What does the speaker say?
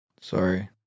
sorry